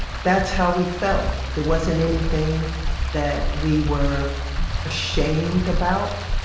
that's how we felt. it wasn't anything that we were ashamed about.